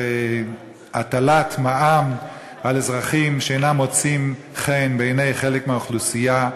להטלת מע"מ על אזרחים שאינם מוצאים חן בעיני חלק מהאוכלוסייה.